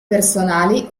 personali